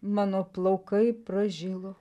mano plaukai pražilo